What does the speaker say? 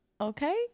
Okay